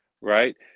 right